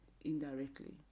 indirectly